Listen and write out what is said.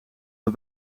een